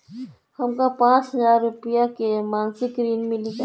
हमका पांच हज़ार रूपया के मासिक ऋण मिली का?